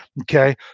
Okay